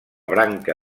branca